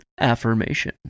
affirmation